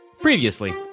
Previously